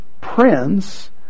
prince